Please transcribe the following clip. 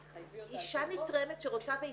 תחייבי אותה לעשות בדיקות?